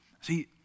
See